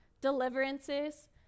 Deliverances